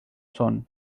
son